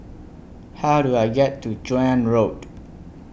How Do I get to Joan Road